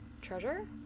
Treasure